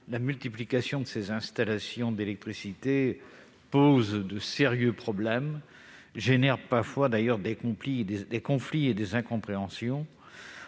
la multiplication de ces installations d'électricité a posé de sérieux problèmes. Cela engendre d'ailleurs parfois des conflits et des incompréhensions.